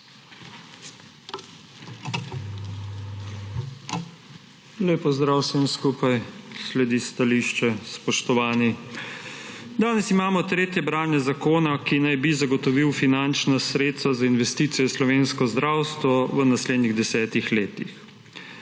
Lep pozdrav vsem skupaj. Sledi stališče, spoštovani. Danes imamo tretje branje zakona, ki naj bi zagotovil finančna sredstva za investicije v slovensko zdravstvo v naslednjih desetih letih.